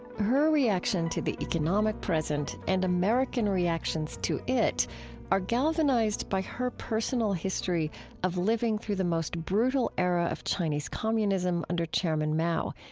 her reaction to the economic present and american reactions to it are galvanized by her personal history of living through the most brutal era of chinese communism under chairman mao,